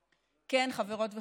כן, חברות וחברים,